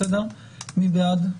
מי בעד?